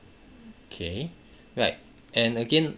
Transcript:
okay right and again